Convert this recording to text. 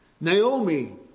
Naomi